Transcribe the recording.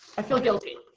i feel guilty.